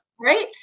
right